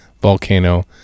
Volcano